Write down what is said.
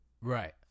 Right